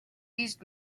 used